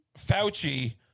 Fauci